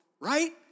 right